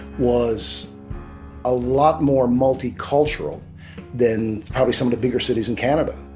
was a lot more multicultural than probably some of the bigger cities in canada.